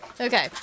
Okay